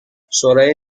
شورای